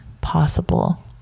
possible